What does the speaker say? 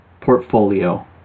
portfolio